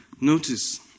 Notice